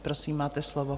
Prosím, máte slovo.